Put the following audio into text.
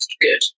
good